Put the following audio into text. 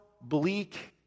bleak